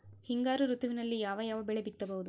ಹಿಂಗಾರು ಋತುವಿನಲ್ಲಿ ಯಾವ ಯಾವ ಬೆಳೆ ಬಿತ್ತಬಹುದು?